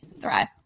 Thrive